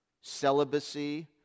celibacy